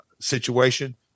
situation